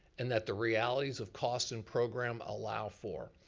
and that the realities of cost and program allow for.